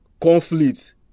conflict